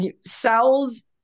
cells